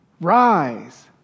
rise